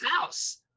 house